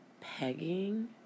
pegging